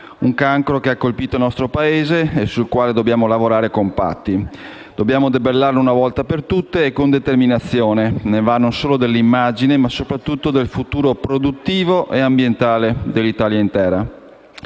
un cancro che ha colpito il nostro Paese e sul quale dobbiamo lavorare compatti. Dobbiamo debellarlo una volta per tutte e con determinazione, ne va non solo dell'immagine ma soprattutto del futuro produttivo e ambientale dell'Italia intera.